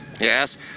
Yes